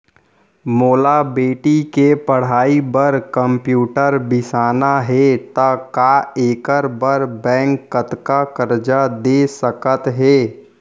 मोला बेटी के पढ़ई बार कम्प्यूटर बिसाना हे त का एखर बर बैंक कतका करजा दे सकत हे?